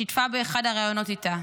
שיתפה באחד הראיונות איתה: